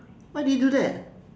why do you do that